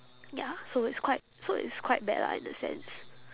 ya so it's quite so it's quite bad lah in that sense